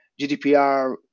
GDPR